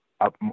up